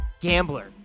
gambler